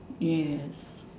yes